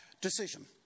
decision